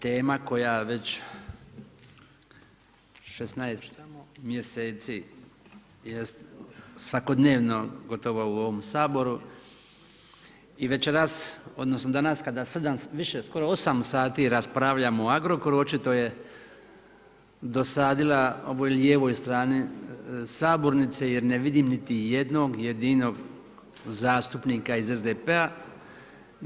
Tema koja već 16 mj. jest svakodnevno gotovo u ovom Saboru i večeras odnosno, danas kada 7, skoro 8 sati raspravljamo o Agrokoru, očito je dosadila ovoj lijevoj strani sabornice, jer ne vidim niti jednog jedinog zastupnika iz SDP-a.